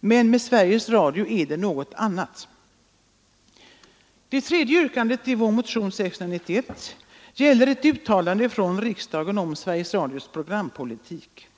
Men med Sveriges Radio är det något annat. Det tredje yrkandet i vår motion gäller ett uttalande från riksdagen om Sveriges Radios programpolitik.